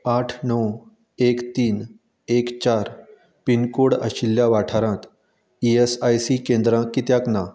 आठ णव एक तीन एक चार पिनकोड आशिल्ल्या वाठारांत इ एस आय सी केंद्रां कित्याक ना